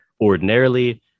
ordinarily